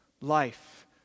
life